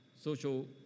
social